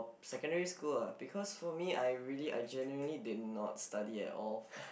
secondary school lah because for me I really I genuinely did not study at all